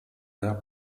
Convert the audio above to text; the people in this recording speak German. der